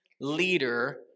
leader